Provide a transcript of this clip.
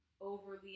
overly